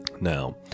Now